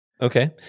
Okay